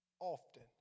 Often